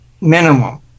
minimum